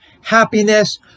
happiness